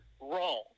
Wrong